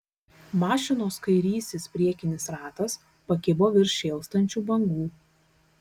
mašinos kairysis priekinis ratas pakibo virš šėlstančių bangų